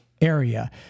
area